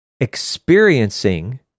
experiencing